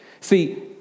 See